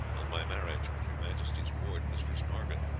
on my marriage with your majesty's ward, mistress margaret,